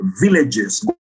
villages